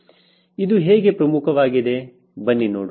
ಇದು ಹೇಗೆ ಪ್ರಮುಖವಾಗಿದೆ ಬನ್ನಿ ನೋಡೋಣ